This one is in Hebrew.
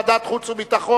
ועדת חוץ וביטחון.